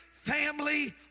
family